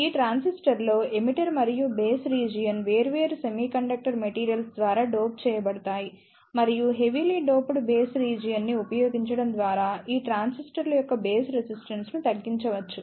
ఈ ట్రాన్సిస్టర్లో ఎమిటర్ మరియు బేస్ రీజియన్ వేర్వేరు సెమీకండక్టర్ మెటీరియల్స్ ద్వారా డోప్ చేయబడతాయి మరియు హెవీలీ డోప్డ్ బేస్ రీజియన్ ని ఉపయోగించడం ద్వారా ఈ ట్రాన్సిస్టర్ల యొక్క బేస్ రెసిస్టెన్స్ ను తగ్గించవచ్చు